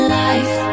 life